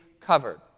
covered